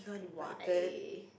why